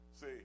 see